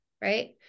right